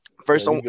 First